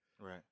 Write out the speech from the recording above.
right